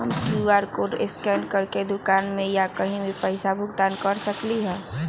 हम QR code scan करके दुकान में या कहीं भी पैसा के भुगतान कर सकली ह?